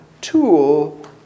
tool